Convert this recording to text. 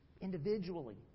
Individually